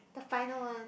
the final one